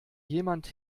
jemand